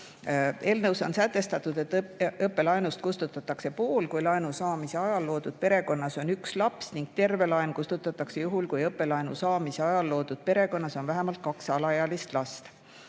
Eelnõus on sätestatud, et õppelaenust kustutatakse pool, kui laenu saamise ajal loodud perekonnas on üks laps, ning terve laen kustutatakse juhul, kui õppelaenu saamise ajal loodud perekonnas on vähemalt kaks alaealist last.